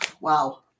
Wow